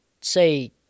say